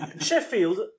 Sheffield